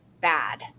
bad